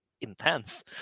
intense